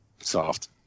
Soft